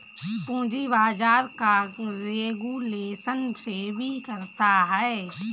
पूंजी बाजार का रेगुलेशन सेबी करता है